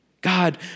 God